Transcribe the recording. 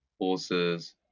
horses